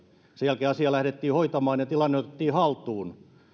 sen jälkeen asiaa lähdettiin hoitamaan ja tilanne otettiin haltuun